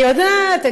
אני יודעת.